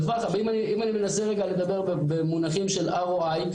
אם אני מנסה לדבר רגע במונחים של ROI,